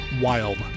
Wild